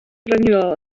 frenhinol